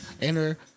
enter